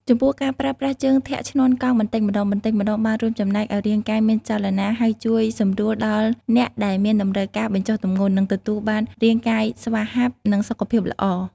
ចំពោះការប្រើប្រាស់ជើងធាក់ឈ្នាន់កង់បន្តិចម្តងៗ បានរួមចំណែកឱ្យរាងកាយមានចលនា ហើយជួយសម្រួលដល់អ្នកដែលមានតម្រូវការបញ្ចុះទម្ងន់ និងទទួលបានរាងកាយស្វាហាប់ និងសុខភាពល្អ។